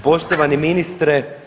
Poštovani ministre.